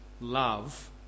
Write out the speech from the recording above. Love